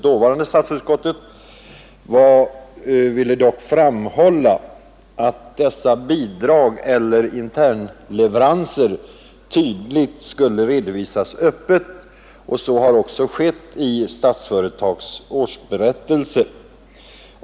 Dåvarande statsutskottet ville dock framhålla att dessa bidrag eller internleveranser skulle redovisas tydligt och öppet, och så har skett i Statsföretags årsberättelse.